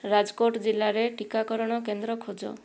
ରାଜକୋଟ ଜିଲ୍ଲାରେ ଟିକାକରଣ କେନ୍ଦ୍ର ଖୋଜ